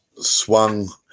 swung